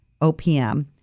OPM